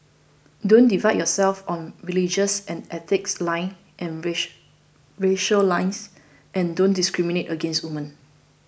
don't divide yourself on religious and ethnic lines and racial lines and don't discriminate against women